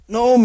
no